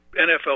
NFL